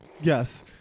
yes